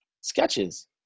sketches